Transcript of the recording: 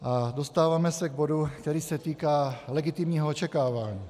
A dostáváme se k bodu, který se týká legitimního očekávání.